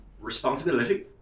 Responsibility